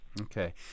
Okay